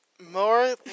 More